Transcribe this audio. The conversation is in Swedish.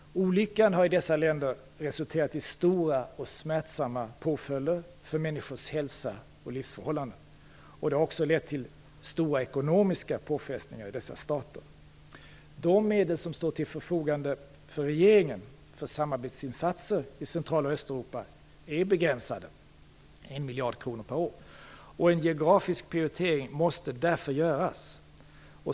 Olyckan har i dessa länder resulterat i stora och smärtsamma påföljder för människors hälsa och livsförhållanden. Olyckan har också lett till stora ekonomiska påfrestningar i dessa stater. De medel som står till regeringens förfogande för samarbetsinsatser i Central och Östeuropa är begränsade - 1 miljard kronor per år - och en geografisk prioritering måste därför göras.